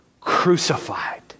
crucified